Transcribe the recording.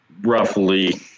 roughly